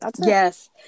Yes